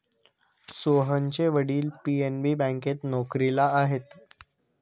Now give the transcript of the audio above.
सोहनचे वडील पी.एन.बी बँकेत नोकरीला आहेत